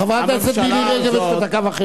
חברת הכנסת מירי רגב, יש לו דקה וחצי.